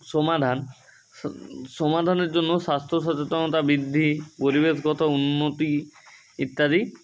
সমাধান স সমাধানের জন্য স্বাস্থ্য সচেতনতা বৃদ্ধি পরিবেশগত উন্নতি ইত্যাদি